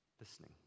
listening